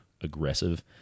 aggressive